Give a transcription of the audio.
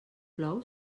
plou